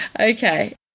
Okay